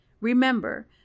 Remember